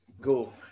go